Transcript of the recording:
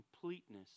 completeness